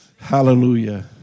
Hallelujah